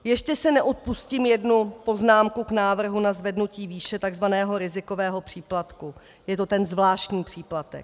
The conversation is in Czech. Ještě si neodpustím jednu poznámku k návrhu na zvednutí výše tzv. rizikového příplatku, je to ten zvláštní příplatek.